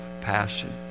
passion